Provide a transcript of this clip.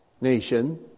nation